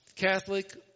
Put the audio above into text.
Catholic